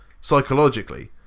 psychologically